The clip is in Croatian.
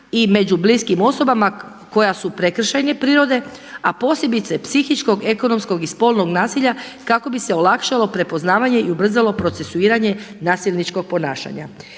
i među bliskim osobama koja su prekršajne prirode, a posebice psihičkog, ekonomskog i spolnog nasilja kako bi se olakšalo prepoznavanje i ubrzalo procesuiranje nasilničkog ponašanja.